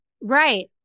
right